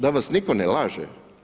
Da vas nitko ne laže.